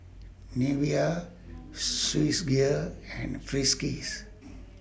Nivea Swissgear and Friskies